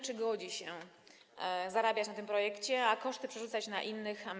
Czy godzi się zarabiać na tym projekcie, a koszty przerzucać na innych?